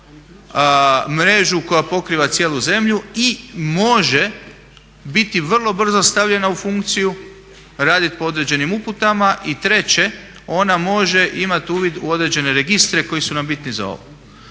mrežu koja pokriva cijelu zemlju i može biti vrlo brzo stavljena u funkciju, raditi po određenim uputama. I treće ona može imati uvid u određene registre koji su nam bitni za ovo.